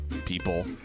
people